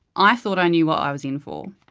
i thought i knew what i was in for.